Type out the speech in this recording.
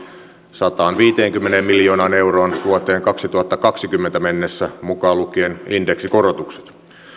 sataanviiteenkymmeneen miljoonaan euroon vuoteen kaksituhattakaksikymmentä mennessä mukaan lukien indeksikorotukset